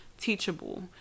teachable